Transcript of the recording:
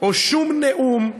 או שום נאום,